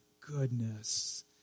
goodness